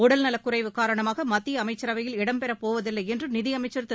உடல்நலக்குறைவு காரணமாக மத்திய அமைச்சரவையில் இடம் பெறப்போவதில்லை என்று நிதியமைச்சர் திரு